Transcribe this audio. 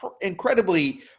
incredibly